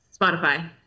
Spotify